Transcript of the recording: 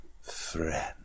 friend